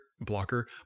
blocker